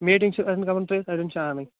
meeting چھِ اَڈین کَمرن ترٛٲوِتھ اَڈین چھِ اَنٕنۍ